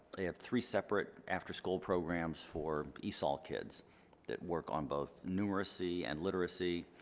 they have three separate after-school programs for esol kids that work on both numeracy and literacy.